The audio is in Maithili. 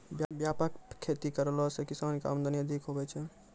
व्यापक खेती करला से किसान के आमदनी अधिक हुवै छै